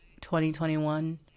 2021